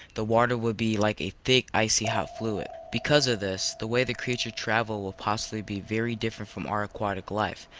the water would be like a thick icy hot fluid. because of this, the way the creatures travel would possibly be very different from our aquatic life.